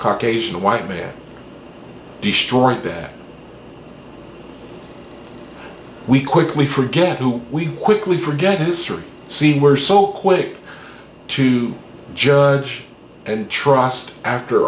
white man destroyed that we quickly forget who we quickly forget history see were so quick to judge and trust after